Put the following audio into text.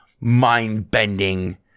mind-bending